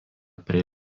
prie